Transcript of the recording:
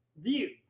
Views